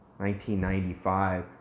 1995